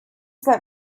that